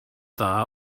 dda